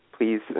Please